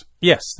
Yes